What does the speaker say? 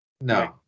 No